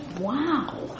Wow